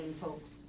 folks